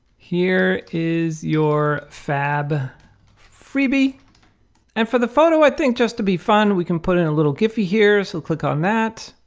here is your fab freebie and for the photo, i think just to be fun, we can put in a little giphy here. so click on that,